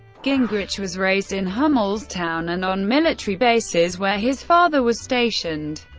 gingrich was raised in hummelstown and on military bases where his father was stationed.